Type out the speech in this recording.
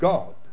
God